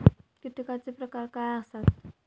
कीटकांचे प्रकार काय आसत?